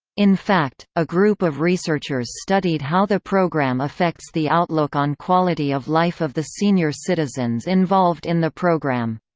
in fact, a group of researchers studied how the program affects the outlook on quality of life of the senior citizens involved in the program.